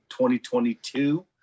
2022